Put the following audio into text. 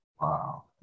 Wow